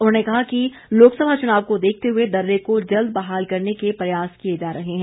उन्होंने कहा कि लोकसभा चुनाव को देखते हुए दर्रे को जल्द बहाल करने के प्रयास किए जा रहे हैं